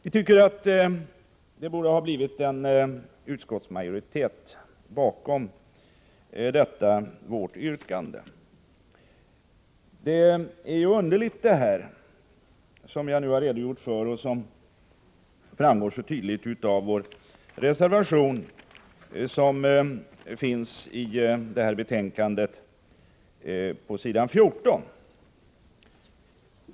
Vi tycker att detta vårt yrkande borde ha samlat utskottsmajoriteten. De förhållanden jag nu redogjort för och som framgår så tydligt av vår reservation, som finns i betänkandet på s. 14, är underliga.